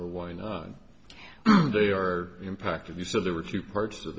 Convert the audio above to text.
or why not they are impacted you said there were two parts